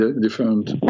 different